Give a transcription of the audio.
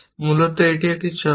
মূলত এটি একটি চক্র